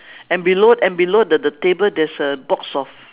and below and below the the table there's a box of